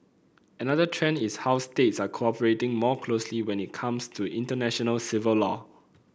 another trend is how states are cooperating more closely when it comes to international civil law